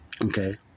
Okay